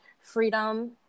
freedom